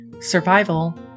survival